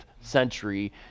century